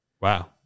Wow